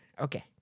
Okay